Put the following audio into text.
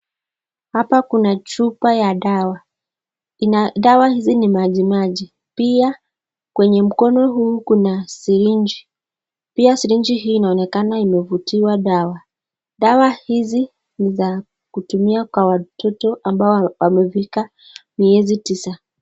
Hapa kuna chupa ya dawa, ina dawa hizi ni maji maji. Pia kwenye mkono huu kuna siriji. Pia siriji hii inaonekana imevutiwa dawa. Dawa hizi ni za kutumia kwa watoto ambao wamefika miezi tisa.